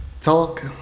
Talk